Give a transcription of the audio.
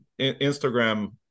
instagram